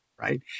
right